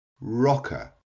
Rocker